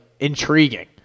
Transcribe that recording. intriguing